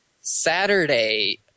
Saturday